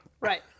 Right